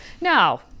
Now